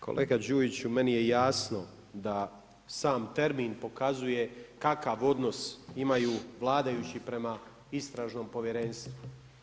Kolega Đujiću, meni je jasno da sam termin pokazuje kakav odnos imaju vladajući prema istražnom povjerenstvu.